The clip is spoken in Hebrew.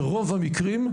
ברוב המקרים,